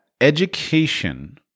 education